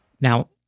Now